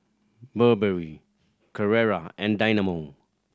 Burberry Carrera and Dynamo